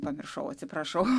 pamiršau atsiprašau